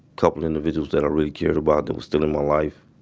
couple individuals that i really cared about that were still in my life,